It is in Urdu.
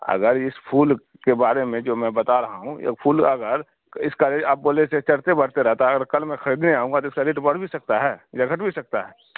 اگر اس پھول کے بارے میں جو میں بتا رہا ہوں یہ پھول اگر اس کا ریٹ آپ بولے تھے چڑھتے بڑھتے رہتا ہے اگر کل میں خریدنے آؤں گا تو اس کا ریٹ بڑھ بھی سکتا ہے یا گھٹ بھی سکتا ہے